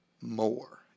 more